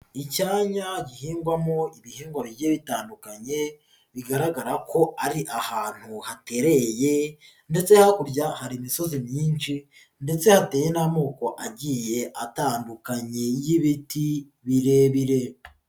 Icyanya gihingwamo ibihingwa bigiye bitandukanye bigaragara ko ari ahantu hatereye ndetse hakurya hari imisozi myinshi ndetse hateye n'amoko agiye atandukanye y'ibiti birebire.